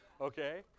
okay